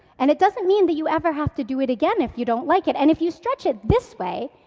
and it doesn't mean that you ever have to do it again if you don't like it. and if you stretch it this way,